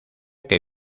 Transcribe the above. que